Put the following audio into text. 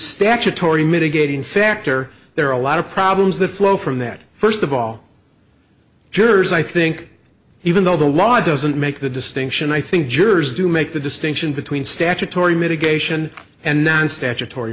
statutory mitigating factor there are a lot of problems that flow from that first of all jurors i think even though the law doesn't make the distinction i think jurors do make the distinction between statutory mitigation and than statutory